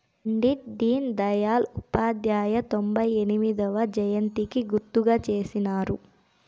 పండిట్ డీన్ దయల్ ఉపాధ్యాయ తొంభై ఎనిమొదవ జయంతికి గుర్తుగా చేసినారు